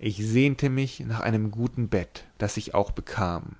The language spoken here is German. ich sehnte mich nach einem guten bett das ich auch bekam